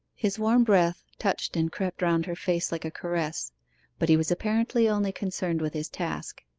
his warm breath touched and crept round her face like a caress but he was apparently only concerned with his task.